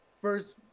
first